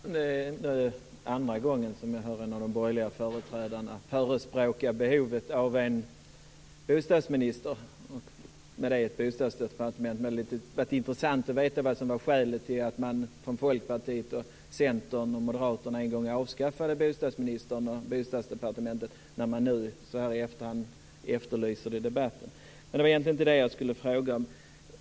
Herr talman! Det är andra gången jag hör en av de borgerliga företrädarna förespråka behovet av en bostadsminister och därmed ett bostadsdepartement. Det hade varit intressant att veta vad som var skälet till att man från Folkpartiet, Centern och Moderaterna en gång avskaffade bostadsministern och Bostadsdepartementet, som man nu i efterhand efterlyser i debatten. Men det var egentligen inte det som jag skulle ta upp.